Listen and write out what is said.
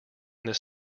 this